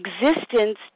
existence